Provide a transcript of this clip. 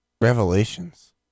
Revelations